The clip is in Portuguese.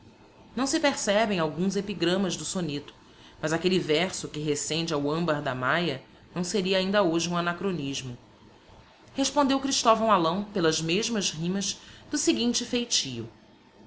não se percebem alguns epigrammas do soneto mas aquelle verso que rescende ao ambar da maya não seria ainda hoje um anacronismo respondeu christovão alão pelas mesmas rimas do seguinte feitio